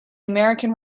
american